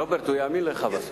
רוברט, הוא יאמין לך בסוף.